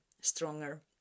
stronger